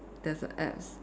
there's a apps